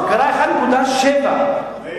זה קרה 1.7%. מאיר,